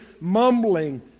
mumbling